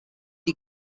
die